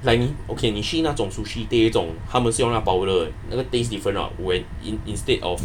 like 你 okay 你去那种 sushi tei 那种他们是用那种 powder eh 那个 taste different uh when in~ instead of